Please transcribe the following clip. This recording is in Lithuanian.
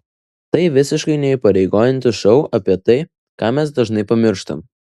tai visiškai neįpareigojantis šou apie tai ką mes dažnai pamirštam